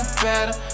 better